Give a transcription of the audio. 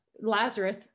Lazarus